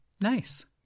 Nice